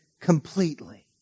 completely